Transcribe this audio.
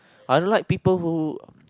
I don't like people who